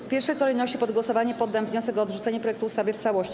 W pierwszej kolejności pod głosowanie poddam wniosek o odrzucenie projektu ustawy w całości.